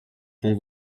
com